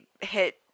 hit